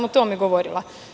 O tome sam govorila.